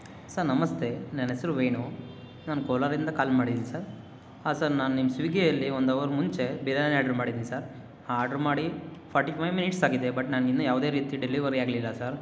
sir ನಮಸ್ತೆ ನನ್ನ ಹೆಸರು ವೇಣು ನಾನು ಕೋಲಾರದಿಂದ ಕಾಲ್ ಮಾಡಿದ್ದೀನಿ ಸರ್ ಹಾಂ ಸರ್ ನಾನು ನಿಮ್ಮ ಸ್ವೀಗ್ಗಿಯಲ್ಲಿ ಒಂದು ಹವರ್ ಮುಂಚೆ ಬಿರಿಯಾನಿ ಆರ್ಡರ್ ಮಾಡಿದ್ದೀನಿ ಸರ್ ಆರ್ಡ್ರು ಮಾಡಿ ಫೋರ್ಟಿ ಫೈ ಮಿನಿಟ್ಸ್ ಆಗಿದೆ ಬಟ್ ನಾನು ಇನ್ನೂ ಯಾವುದೇ ರೀತಿ ಡೆಲಿವರಿ ಆಗಲಿಲ್ಲ ಸರ್